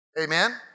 Amen